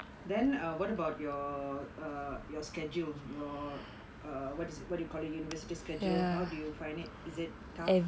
then what about your err your schedule your err what is it what do you call it university schedule how do you find it is it tough